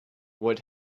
what